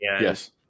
yes